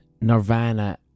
Nirvana